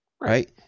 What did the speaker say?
right